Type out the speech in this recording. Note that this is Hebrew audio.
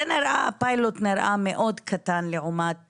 הפיילוט נראה מאוד קטן לעמת